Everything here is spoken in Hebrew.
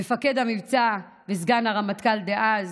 מפקד המבצע וסגן הרמטכ"ל דאז,